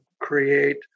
create